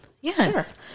Yes